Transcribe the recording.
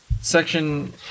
section